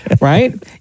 Right